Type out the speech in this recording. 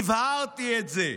הבהרתי את זה.